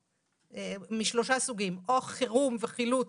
משלושה סוגים: או חירום וחילוץ,